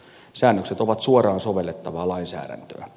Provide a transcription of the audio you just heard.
säännökset ovat suoraan sovellettavaa lainsäädäntöä